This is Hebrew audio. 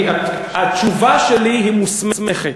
התשובה שלי היא מוסמכת.